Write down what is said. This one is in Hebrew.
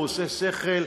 הוא עושה שכל.